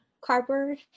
cardboard